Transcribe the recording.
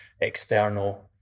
external